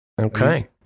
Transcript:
Okay